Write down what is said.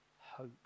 hope